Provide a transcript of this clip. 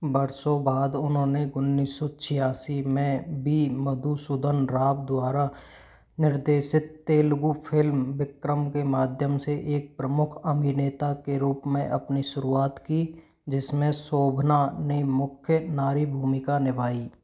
बरसों बाद उन्होंने उन्नीस सौ छियासी में बी मधुसूदन राव द्वारा निर्देशित तेलुगु फ़िल्म विक्रम के माध्यम से एक प्रमुख अभिनेता के रूप में अपनी शुरुआत की जिसमें शोभना ने मुख्य नारी भूमिका निभाई